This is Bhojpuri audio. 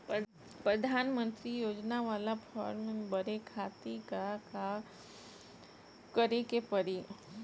प्रधानमंत्री योजना बाला फर्म बड़े खाति का का करे के पड़ी?